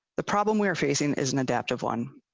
the problem we're facing is an adaptive one.